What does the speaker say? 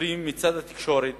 סותרים מצד התקשורת